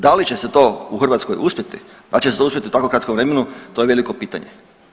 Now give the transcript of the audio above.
Da li će te se to u Hrvatskoj uspjeti, da li će se uspjeti u tako kratkom vremenu, to je veliko pitanje.